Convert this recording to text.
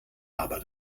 aber